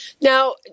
Now